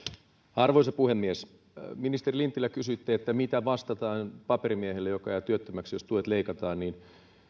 arvoisa puhemies ministeri lintilä kysyitte mitä vastataan paperimiehelle joka jää työttömäksi jos tuet leikataan